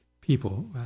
people